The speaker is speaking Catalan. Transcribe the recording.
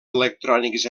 electrònics